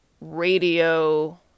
radio